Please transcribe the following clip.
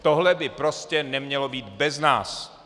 Tohle by prostě nemělo být bez nás.